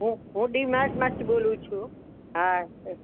હું હું ડીમાર્ટમાંથી બોલું છું હા સર